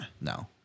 No